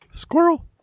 Squirrel